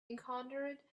encountered